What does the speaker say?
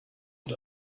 und